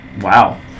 Wow